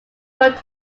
wrote